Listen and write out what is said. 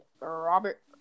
Robert